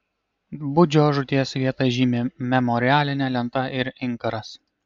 budžio žūties vietą žymi memorialinė lenta ir inkaras